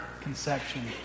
conception